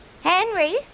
Henry